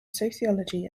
sociology